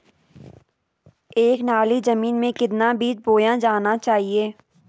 एक नाली जमीन में कितना बीज बोया जाना चाहिए?